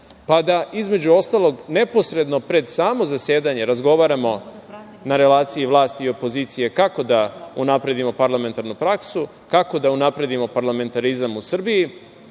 pa da, između ostalog, neposredno pred samo zasedanje razgovaramo na relaciji vlasti i opozicije kako da unapredimo parlamentarnu praksu, kako da unapredimo parlamentarizam u Srbiji. Kada